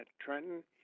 Trenton